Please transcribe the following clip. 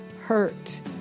hurt